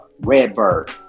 Redbird